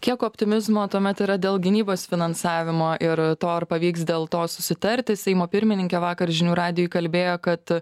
kiek optimizmo tuomet yra dėl gynybos finansavimo ir to ar pavyks dėl to susitarti seimo pirmininkė vakar žinių radijui kalbėjo kad